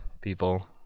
people